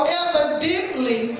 evidently